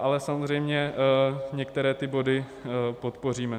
Ale samozřejmě některé ty body podpoříme.